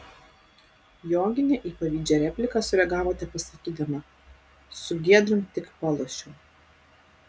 joginė į pavydžią repliką sureagavo tepasakydama su giedrium tik palošiau